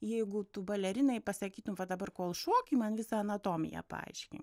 jeigu tu balerinai pasakytum va dabar kol šoki man visą anatomiją paaiškink